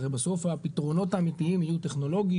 הרי בסוף הפתרונות האמיתיים יהיו טכנולוגיים,